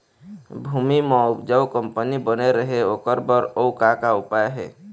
भूमि म उपजाऊ कंपनी बने रहे ओकर बर अउ का का उपाय हे?